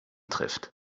trifft